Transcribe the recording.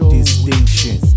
Distinction